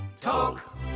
talk